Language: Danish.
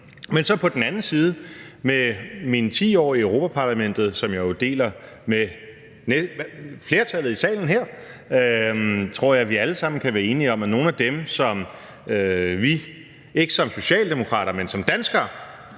Men på den anden side tror jeg med mine 10 år i Europa-Parlamentet, som jeg jo deler med flertallet i salen her, at vi alle sammen kan være enige om, at nogle af dem, som vi – ikke som Socialdemokrater, men som danskere